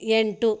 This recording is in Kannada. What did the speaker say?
ಎಂಟು